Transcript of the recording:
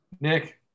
Nick